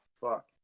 fuck